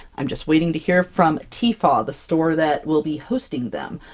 i'm just waiting to hear from tfaw, the store that will be hosting them.